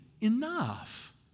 enough